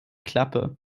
klappe